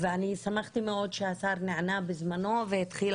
ואני שמחתי מאוד שהשר נענה בזמנו והתחיל